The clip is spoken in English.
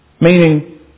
Meaning